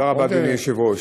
תודה רבה, אדוני היושב-ראש.